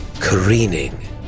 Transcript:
careening